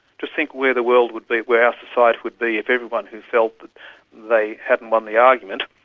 just think where the world would be, where our society would be if everyone who felt that they hadn't won the argument